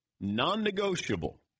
non-negotiable